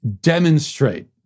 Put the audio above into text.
Demonstrate